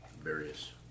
various